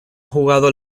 jugado